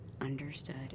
understood